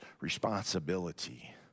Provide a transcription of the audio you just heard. responsibility